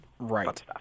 Right